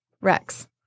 Rex